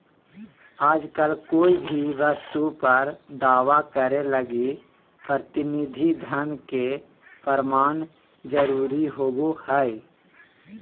आजकल कोय भी वस्तु पर दावा करे लगी प्रतिनिधि धन के प्रमाण जरूरी होवो हय